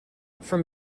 from